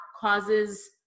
causes